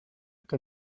que